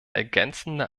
ergänzende